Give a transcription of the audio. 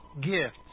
gift